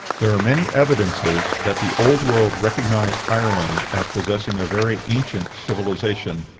there are many evidences that the old world recognized ireland as possessing a very ancient civilization.